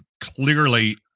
clearly